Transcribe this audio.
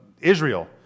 Israel